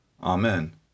Amen